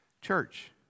Church